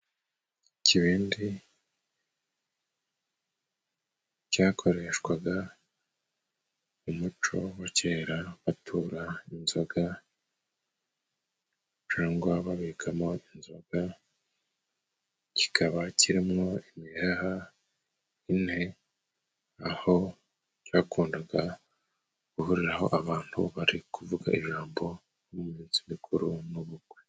Ikibindi cyakoreshwaga mu muco wa kera batura inzoga cangwa babikamo inzoga, kikaba kirimwo imiheha ine, aho bakundaga guhuriraho abantu bari kuvuga ijambo mu minsi mikuru n'ubukwe.